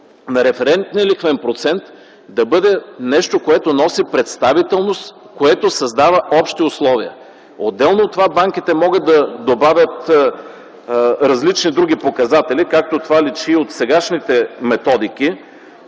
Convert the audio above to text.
на референтния лихвен процент да бъде нещо, което носи представителност, което създава общи условия. Отделно от това банките могат да добавят различни други показатели, както личи и от сегашните методики,